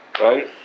right